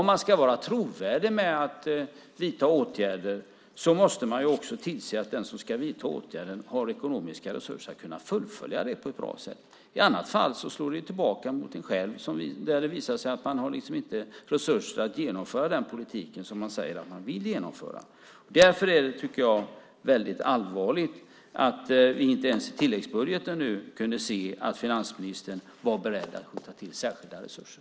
Om man ska vara trovärdig vad gäller att vidta åtgärder måste man också tillse att den som ska vidta åtgärden har ekonomiska resurser att kunna fullfölja det hela på ett bra sätt. I annat fall slår det tillbaka mot en själv när det visar sig att man inte har resurser att genomföra den politik som man säger sig vilja genomföra. Därför är det allvarligt att vi inte ens i tilläggsbudgeten kunde se att finansministern var beredd att skjuta till särskilda resurser.